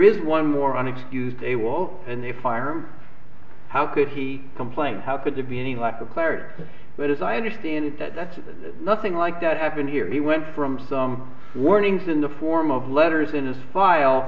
is one more on excused a will and they fire him how could he complain how could there be any lack of clarity but as i understand it that's nothing like that happened here he went from some warnings in the form of letters in his file